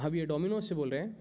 हाँ भैया डोमिनोज से बोल रहे हैं